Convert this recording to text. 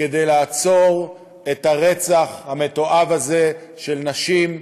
כדי לעצור את הרצח המתועב הזה של נשים,